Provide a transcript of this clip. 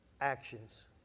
actions